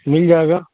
مل جائے گا